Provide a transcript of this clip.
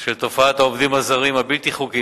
של תופעת העובדים הזרים הבלתי-חוקיים